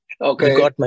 Okay